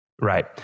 Right